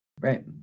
Right